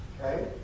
Okay